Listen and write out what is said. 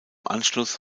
anschluss